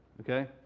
okay